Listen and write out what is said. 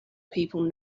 people